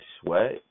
sweat